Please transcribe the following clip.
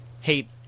hate